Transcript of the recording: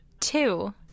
Two